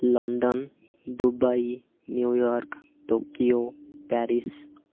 London Dubai New York Tokyo Paris